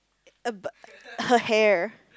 about her hair